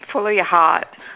follow your heart